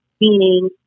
meaning